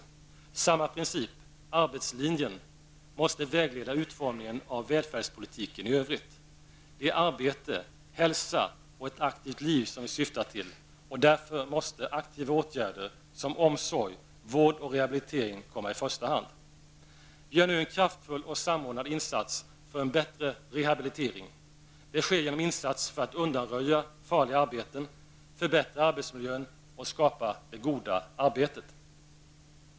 Samma princip, arbetslinjen, måste vägleda utformningen av välfärdspolitiken i övrigt. Det är arbete, hälsa och ett aktivt liv som vi syftar till, och därför måste aktiva åtgärder som omsorg, vård och rehabilitering komma i första hand. Vi gör nu en kraftfull och samordnad insats för en bättre rehabilitering. Det sker genom insatser för att undanröja farliga arbeten, förbättra arbetsmiljön och skapa det goda arbetet.